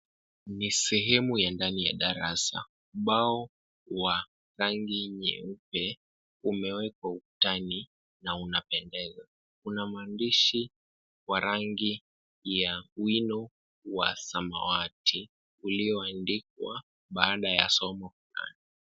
Ni sehemu ya ndani ya darasa, ubao wa rangi nyeupe umewekwa ukutani na unapendeza. Una maandishi wa rangi ya wino wa samawati ulioandikwa baada ya somo.